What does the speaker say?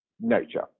nature